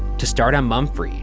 to start on mumfre,